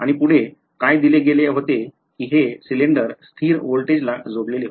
आणि पुढे काय दिले गेले होते की हे सिलिंडर स्थिर व्होल्टेजला जोडलेले होते